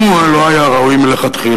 אם הוא לא היה ראוי מלכתחילה,